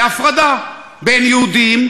להפרדה בין יהודים,